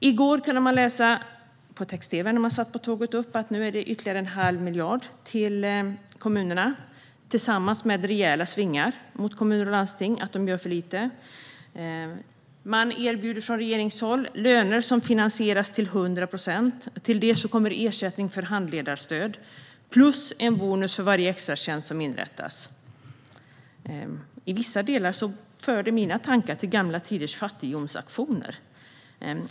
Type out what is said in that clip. I går kunde jag läsa på text-tv på tåget hit om ytterligare en halv miljard till kommunerna tillsammans med rejäla svingar mot kommuner och landsting för att de gör för lite. Man erbjuder från regeringshåll löner som finansieras till 100 procent. Till det kommer ersättning för handledarstöd plus en bonus för varje extratjänst som inrättas. I vissa delar för det här mina tanker till gamla tiders fattighjonsauktioner.